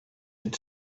had